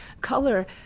color